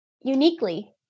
uniquely